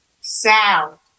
south